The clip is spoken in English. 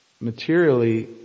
materially